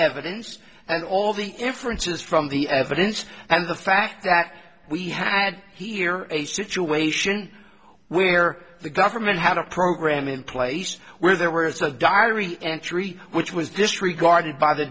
evidence and all the difference is from the evidence and the fact that we had here a situation where the government had a program in place where there was a diary entry which was disregarded by the